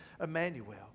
Emmanuel